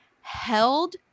held